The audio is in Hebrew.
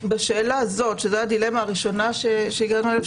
בשאלה הזו שזו הדילמה הראשונה שהגענו אליה,